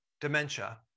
dementia